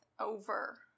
over